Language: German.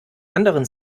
anderen